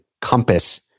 compass